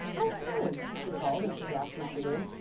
oh helen, she called, as she dashed into the room,